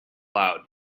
loud